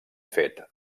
fet